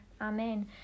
Amen